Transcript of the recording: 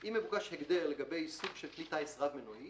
(4)אם מבוקש הגדר לגבי סוג של כלי טיס רב מנועי